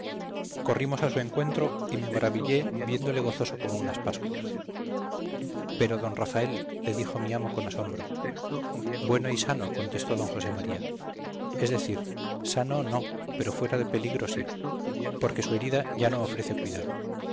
corrimos a su encuentro y me maravillé viéndole gozoso como unas pascuas pero d rafael le dijo mi amo con asombro bueno y sano contestó d josé maría es decir sano no pero fuera de peligro sí porque su herida ya no ofrece cuidado